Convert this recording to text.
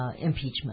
impeachment